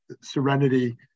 serenity